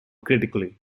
critically